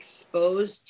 exposed